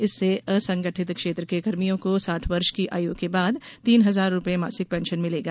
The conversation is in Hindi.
इससे असंगठित क्षेत्र के कर्मियों को साठ वर्ष की उम्र के बाद तीन हजार रुपये मासिक पेंशन मिलेगा